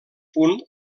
punt